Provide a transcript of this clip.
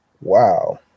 wow